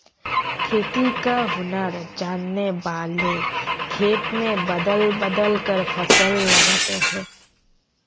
खेती का हुनर जानने वाले खेत में बदल बदल कर फसल लगाते हैं